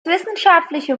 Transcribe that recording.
wissenschaftliche